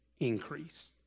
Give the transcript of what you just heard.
increase